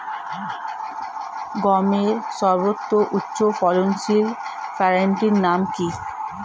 গমের সর্বোত্তম উচ্চফলনশীল ভ্যারাইটি নাম কি?